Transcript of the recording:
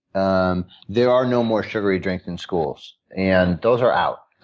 um there are no more sugary drinks in schools. and those are out.